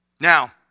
Now